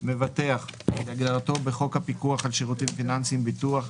"מבטח" כהגדרתו בחוק הפיקוח על שירותים פיננסיים (ביטוח),